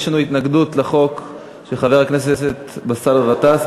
יש לנו התנגדות לחוק של חבר הכנסת באסל גטאס.